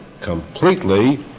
completely